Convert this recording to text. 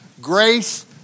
Grace